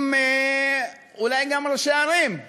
אם, אולי גם ראשי ערים.